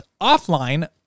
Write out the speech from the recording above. offline